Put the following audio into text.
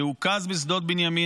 שהוקז בשדות בנימין,